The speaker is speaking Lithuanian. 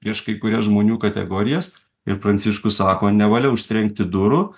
prieš kai kurias žmonių kategorijas ir pranciškus sako nevalia užtrenkti durų